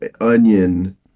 onion